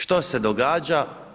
Što se događa?